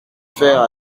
faire